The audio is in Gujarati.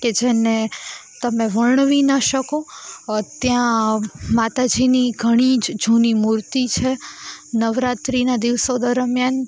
કે જેને તમે વર્ણવી ના શકો ત્યાં માતાજીની ઘણી જ જૂની મૂર્તિ છે નવરાત્રિના દિવસો દરમિયાન